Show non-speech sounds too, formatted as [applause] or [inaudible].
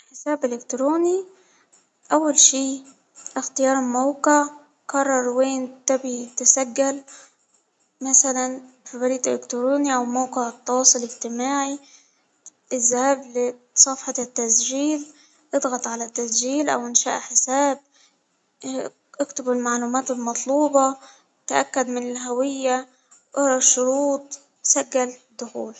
حساب الكتروني أول شيء إختيار الموقع قرر وين تبغي تسجل، مثلا في بريد الكتروني أوموقع التواصل الإجتماعي إذهب لي صفحة التسجيل إضغط على التسجيل [hesitation] أكتب المعلومات المطلوبة، تأكد من الهوية، شروط تسجيل دخول.